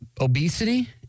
obesity